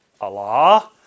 Allah